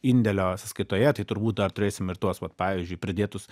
indėlio sąskaitoje tai turbūt dar turėsim ir tuos vat pavyzdžiui pridėtus